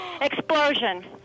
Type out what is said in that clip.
Explosion